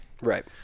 Right